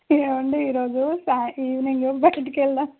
ఏవండీ ఈరోజు సాయం ఈవినింగ్ బయటికెళ్దాం